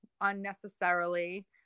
unnecessarily